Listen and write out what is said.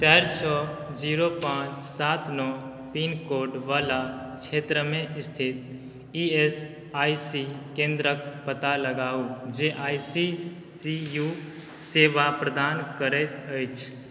चारि सओ जीरो पाँच सात नओ पिन कोडवला क्षेत्रमे स्थित ई एस आइ सी केन्द्रके पता लगाउ जे आइ सी सी यू सेवा प्रदान करैत अछि